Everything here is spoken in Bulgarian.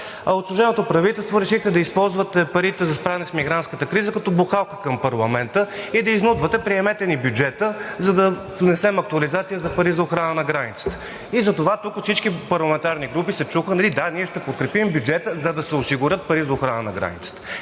от служебното правителство решихте да използвате парите за справяне с мигрантската криза като бухалка към парламента и да изнудвате: „Приемете ни бюджета, за да внесем актуализация за пари за охрана на границата.“ Затова тук от всички парламентарни групи се чу: „Да, ние ще подкрепим бюджета, за да се осигурят пари за охрана на границата.“